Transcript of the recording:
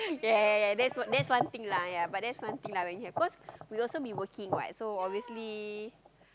yea yea yea yea yea but that's one thing that's one thing lah cause we'll also be working what so obviously